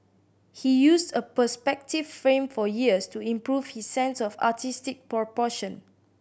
he used a perspective frame for years to improve his sense of artistic proportion